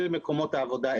אל מקומות העבודה,